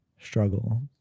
struggle